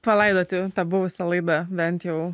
palaidoti tą buvusią laidą bent jau